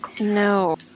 No